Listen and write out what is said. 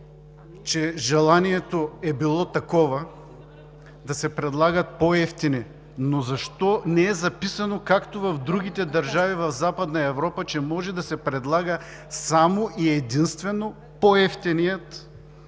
че желанието е било такова да се предлагат по-евтини, но защо не е записано, както в другите държави в Западна Европа, че може да се предлага само и единствено по-евтиният от